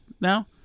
now